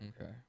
Okay